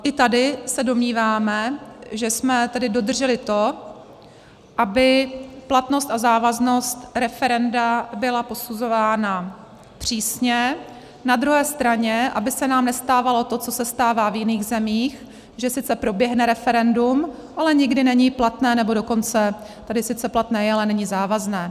I tady se domníváme, že jsme tady dodrželi to, aby platnost a závaznost referenda byla posuzována přísně, na druhé straně aby se nám nestávalo to, co se stává v jiných zemích, že sice proběhne referendum, ale nikdy není platné, nebo dokonce tady sice platné je, ale není závazné.